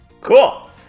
Cool